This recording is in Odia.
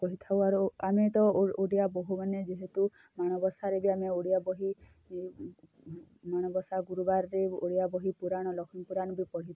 କହିଥାଉ ଆରୁ ଆମେ ତ ଓଡ଼ିଆ ବୋହୁମାନେ ଯେହେତୁ ଆମର ମାଣବସା ଓଡ଼ିଆ ବହି ମାଣବସା ଗୁରୁବାରରେ ଓଡ଼ିଆ ବହି ପୁରାଣ ଲକ୍ଷ୍ମୀ ପୁରାଣ ବି ପଢ଼ିଥାଉ